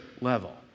level